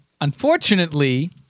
Unfortunately